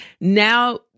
now